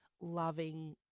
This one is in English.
loving